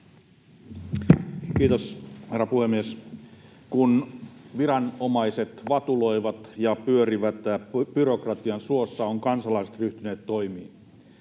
Kiitos, herra puhemies! Kun viranomaiset vatuloivat ja pyörivät byrokratian suossa, ovat kansalaiset ryhtyneet toimiin.